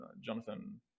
jonathan